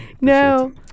No